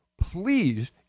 please